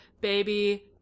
baby